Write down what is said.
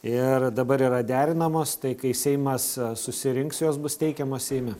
ir dabar yra derinamos tai kai seimas susirinks jos bus teikiamos seime